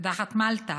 קדחת מלטה